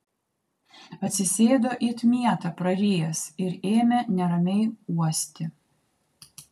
atsisėdo it mietą prarijęs ir ėmė neramiai uosti